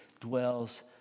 dwells